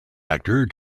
actor